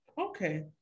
Okay